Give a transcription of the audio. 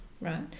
right